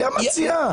היא המציעה.